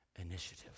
initiative